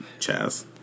Chaz